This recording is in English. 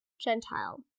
Gentile